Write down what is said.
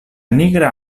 nigra